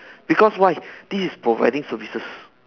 because why this is providing services